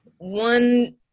One